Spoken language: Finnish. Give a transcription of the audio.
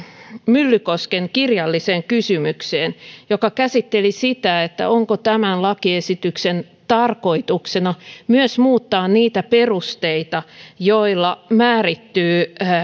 myllykosken kirjalliseen kysymykseen joka käsitteli sitä onko tämän lakiesityksen tarkoituksena myös muuttaa niitä perusteita joilla määrittyvät